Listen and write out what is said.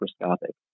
microscopic